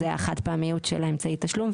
זה ה-"חד-פעמיות" של אמצעי התשלום,